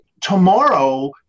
Tomorrow